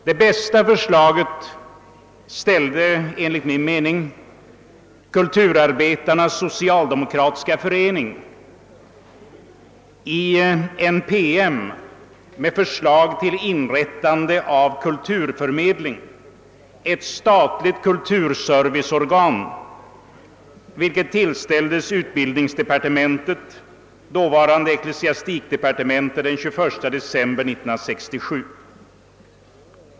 Det bästa ställde enligt min mening Kulturarbetarnas socialdemokratiska förening i en PM med förslag till inrättande av kulturförmedling, ett statligt kulturserviceorgan, vilken tillställdes utbildningsdepartementet — dåvarande ecklesiastikdepartementet — den 21 december 1967.